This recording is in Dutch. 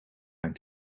mijn